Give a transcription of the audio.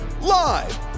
live